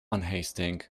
unhasting